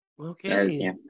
Okay